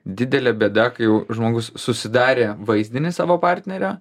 didelė bėda kai jau žmogus susidarė vaizdinį savo partnerio